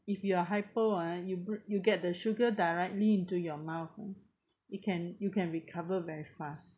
if you are hypo ah you you get the sugar directly into your mouth it can you can recover very fast